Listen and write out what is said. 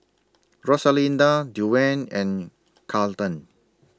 Rosalinda Duane and Carleton